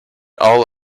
all